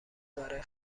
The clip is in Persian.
برای